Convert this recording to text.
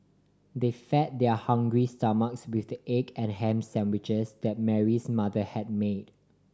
they fed their hungry stomachs with the egg and ham sandwiches that Mary's mother had made